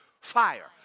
fire